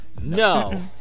No